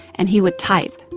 and he would type.